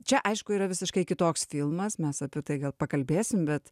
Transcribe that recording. čia aišku yra visiškai kitoks filmas mes apie tai gal pakalbėsim bet